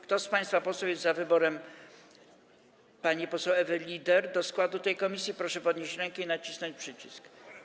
Kto z państwa posłów jest za wyborem pani poseł Ewy Lieder do składu tej komisji, proszę podnieść rękę i nacisnąć przycisk.